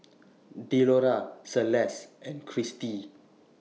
Delora Celeste and Cristi